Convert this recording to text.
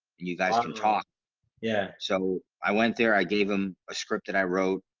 you guys can talk yeah, so i went there i gave him a script that i wrote